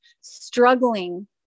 struggling